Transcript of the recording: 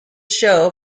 show